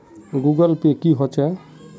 Google pay की होचे?